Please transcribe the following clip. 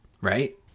right